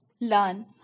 learn